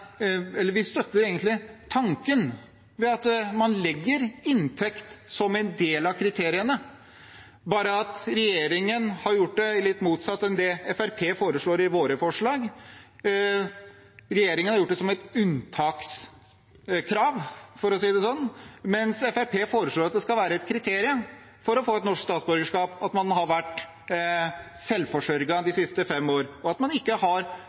legger inn inntekt som en del av kriteriene, bare at regjeringen har gjort det litt motsatt av det vi gjør i våre forslag. Regjeringen har gjort det til et unntakskrav, for å si det sånn, mens Fremskrittspartiet foreslår at det skal være et kriterium for å få norsk statsborgerskap at man har vært selvforsørget de siste fem årene, at man ikke har